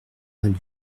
lui